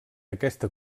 aquesta